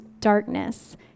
darkness